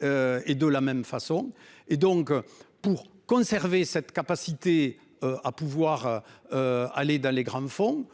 Et de la même façon et donc pour conserver cette capacité à pouvoir. Aller dans les grands fonds